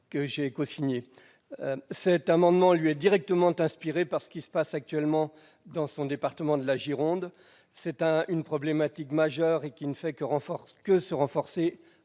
que j'ai cosigné. Il a été directement inspiré par ce qui se passe actuellement dans son département de la Gironde et touche une problématique majeure qui ne fait que se renforcer